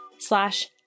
slash